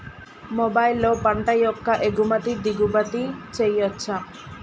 మొబైల్లో పంట యొక్క ఎగుమతి దిగుమతి చెయ్యచ్చా?